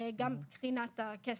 וגם מבחינת הכסף.